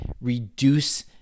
reduce